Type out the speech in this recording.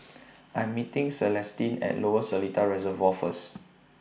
I'm meeting Celestine At Lower Seletar Reservoir First